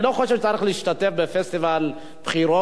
אני לא חושב שצריך להשתתף בפסטיבל בחירות